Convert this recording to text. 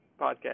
podcast